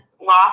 law